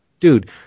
Dude